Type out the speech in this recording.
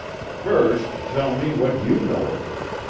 first tell me what you know of her?